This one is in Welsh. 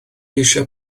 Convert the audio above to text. eisiau